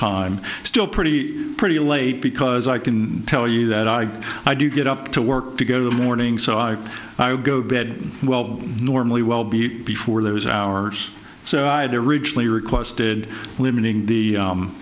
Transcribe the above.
time still pretty pretty late because i can tell you that i do get up to work to go to the morning so i go bed well normally well beat before there was hours so i had originally requested limiting